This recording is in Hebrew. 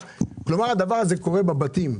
כלומר, הדבר הזה קורה בבתים.